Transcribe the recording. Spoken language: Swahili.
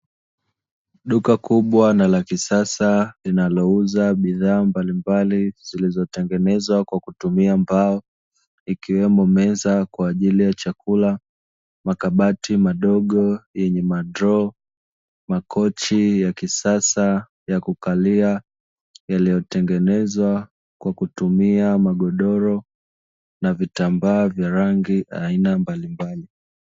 Duka kubwa na la kisasa linalo uza bidhaa mbalimbali zilizotengezwa kwa kutumia mbao ikiwemo meza kwajili ya chakula, makabati madogo yenye madroo, makochi ya kisasa ya kukalia yaliyotengenezwa kwa kutumia magodoro na vitambaa vya rangi aina mbalimbali.